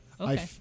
Okay